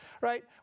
right